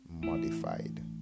modified